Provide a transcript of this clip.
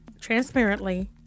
Transparently